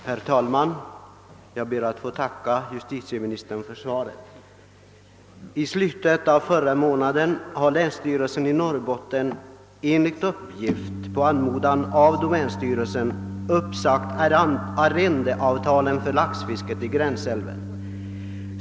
Herr talman! Jag ber att få tacka justitieministern för svaret. I slutet av förra månaden uppsade länsstyrelsen i Norrbottens län, enligt uppgift på anmodan av domänstyrelsen, arrendeavtalen för laxfisket i gränsälven.